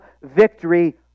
victory